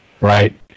right